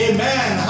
Amen